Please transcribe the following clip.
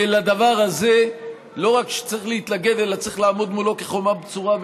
ולדבר הזה לא רק שצריך להתנגד אלא צריך לעמוד מולו כחומה בצורה.